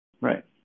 Right